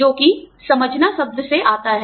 जोकि समझना शब्द से आता है